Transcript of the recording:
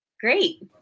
Great